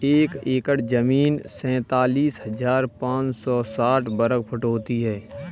एक एकड़ जमीन तैंतालीस हजार पांच सौ साठ वर्ग फुट होती है